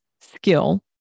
skill